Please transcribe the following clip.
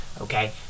okay